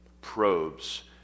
probes